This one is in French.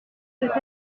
peut